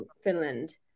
Finland